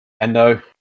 Endo